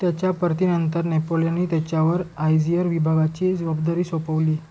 त्याच्या परती नंतर नेपोलीयाने त्याच्यावर आयझीअर विभागाची जबाबदारी सोपवली